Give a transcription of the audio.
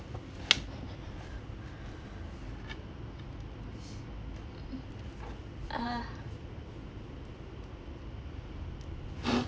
uh